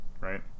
right